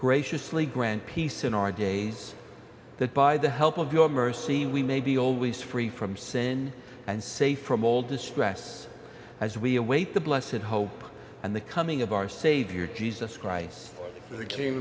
graciously grant peace in our days that by the help of your mercy we may be always free from sin and safe from all distress as we await the blessid hope and the coming of our savior jesus christ